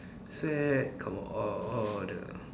sweat come out all all the